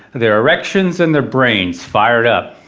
their erections and their brains fired up.